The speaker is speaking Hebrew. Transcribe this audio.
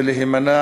ולהימנע